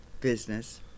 business